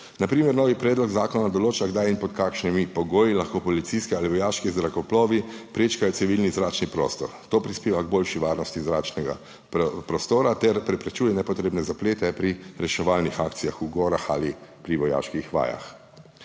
Na primer, novi predlog zakona določa, kdaj in pod kakšnimi pogoji lahko policijski ali vojaški zrakoplovi prečkajo civilni zračni prostor. To prispeva k boljši varnosti zračnega prostora ter preprečuje nepotrebne zaplete pri reševalnih akcijah v gorah ali pri vojaških vajah.